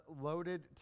loaded